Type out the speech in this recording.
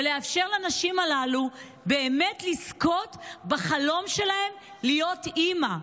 ולאפשר לנשים הללו באמת לזכות בחלום שלהן להיות אימא.